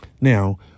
Now